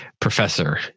professor